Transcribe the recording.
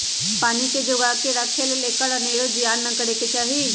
पानी के जोगा कऽ राखे लेल एकर अनेरो जियान न करे चाहि